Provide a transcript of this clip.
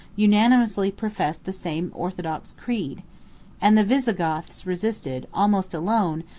unanimously professed the same orthodox creed and the visigoths resisted, almost alone,